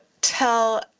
tell